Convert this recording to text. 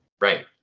Right